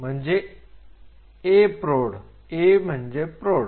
येथे A म्हणजे प्रौढ